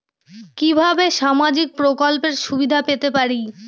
কিভাবে সামাজিক প্রকল্পের সুবিধা পেতে পারি?